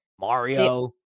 Mario